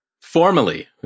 Formally